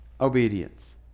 obedience